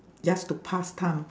just to pass time